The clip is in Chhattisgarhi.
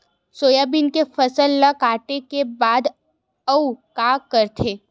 सोयाबीन के फसल ल काटे के बाद आऊ का करथे?